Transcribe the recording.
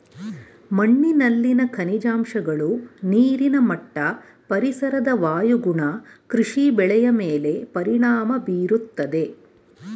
ಮಣ್ಣಿನಲ್ಲಿನ ಖನಿಜಾಂಶಗಳು, ನೀರಿನ ಮಟ್ಟ, ಪರಿಸರದ ವಾಯುಗುಣ ಕೃಷಿ ಬೆಳೆಯ ಮೇಲೆ ಪರಿಣಾಮ ಬೀರುತ್ತದೆ